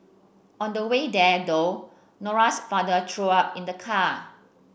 on the way there though Nora's father threw up in the car